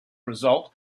result